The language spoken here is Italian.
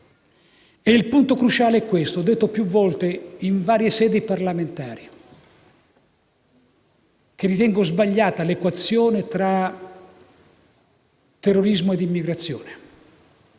un punto cruciale che è il seguente. Ho detto più volte, in varie sedi parlamentari, che ritengo sbagliata l'equazione tra terrorismo e immigrazione.